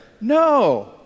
no